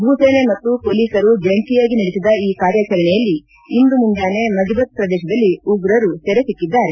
ಭೂಸೇನೆ ಮತ್ತು ಪೊಲೀಸರು ಜಂಟಿಯಾಗಿ ನಡೆಸಿದ ಈ ಕಾರ್ಯಾಚರಣೆಯಲ್ಲಿ ಇಂದು ಮುಂಜಾನೆ ಮಜ್ಬತ್ ಪ್ರದೇಶದಲ್ಲಿ ಉಗ್ರರು ಸೆರೆ ಸಿಕ್ಕಿದ್ದಾರೆ